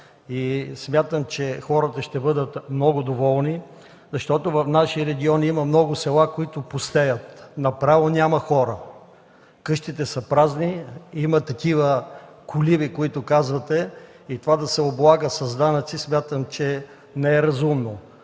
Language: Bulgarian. Смятам, че хората ще бъдат много доволни, защото в нашия регион има много села, които пустеят, направо няма хора, къщите са празни. Има такива колиби, които казвате. Това да се облагат с данъци смятам, че не е разумно.